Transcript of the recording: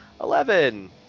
eleven